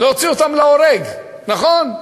להוציא אותם להורג, נכון?